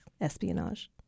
espionage